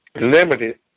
limited